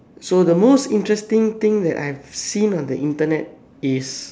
so the most interesting thing that I've seen on the Internet is